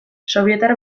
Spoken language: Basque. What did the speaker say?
sobietar